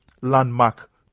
landmark